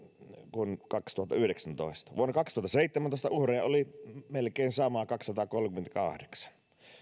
kuin kaksituhattayhdeksäntoista vuonna kaksituhattaseitsemäntoista uhreja oli melkein sama kaksisataakolmekymmentäkahdeksan